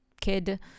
kid